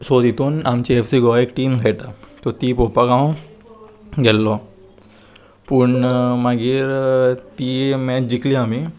so तितून आमची F C Goa एक टीम खेळटा सो ती पोवपाक हांव गेल्लो पूण मागीर ती मॅच जिकली आमी